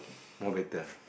more better